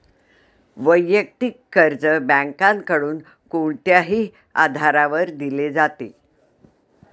वैयक्तिक कर्ज बँकांकडून कोणत्याही आधारावर दिले जाते